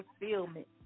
fulfillment